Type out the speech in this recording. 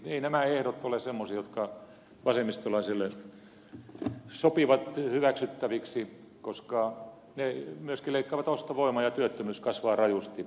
eivät nämä ehdot ole semmoisia jotka vasemmistolaisille sopivat hyväksyttäviksi koska ne myöskin leikkaavat ostovoimaa ja työttömyys kasvaa rajusti